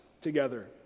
together